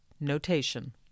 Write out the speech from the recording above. notation